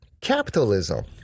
Capitalism